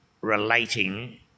relating